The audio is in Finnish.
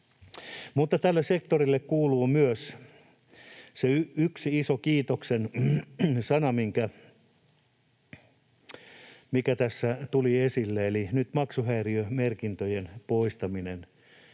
Mutta tälle sektorille kuuluu myös se yksi iso kiitoksen sana, mikä tässä tuli esille, eli nyt maksuhäiriömerkintöjen poistaminen